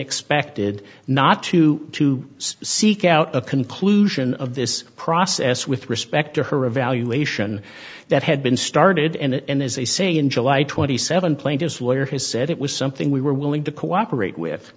expected not to to seek out a conclusion of this process with respect to her evaluation that had been started and as they say in july twenty seven plaintiff's lawyer has said it was something we were willing to cooperate with